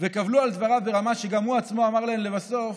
וקבלו על דבריו ברמה שגם הוא עצמו אמר להן לבסוף